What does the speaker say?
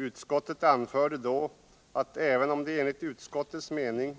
Utskottet anförde då, att även om det enligt utskottets mening